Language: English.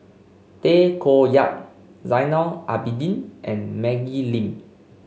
Tay Koh Yat Zainal Abidin and Maggie Lim